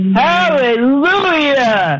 hallelujah